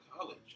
college